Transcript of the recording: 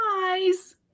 guys